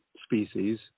species